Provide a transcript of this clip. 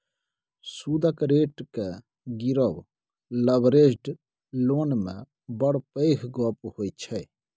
सुदक रेट केँ गिरब लबरेज्ड लोन मे बड़ पैघ गप्प होइ छै